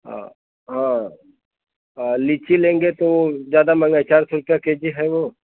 औ हाँ आ लीची लेंगे तो ज्यादा महँगा चार सौ रुपया केजी है वो